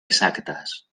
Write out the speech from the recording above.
exactas